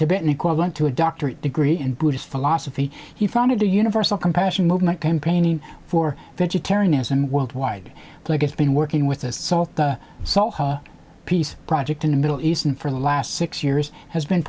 tibetan equivalent to a doctorate degree in buddhist philosophy he founded the universal compassion movement campaigning for vegetarianism worldwide like it's been working with assault the peace project in the middle east and for the last six years has been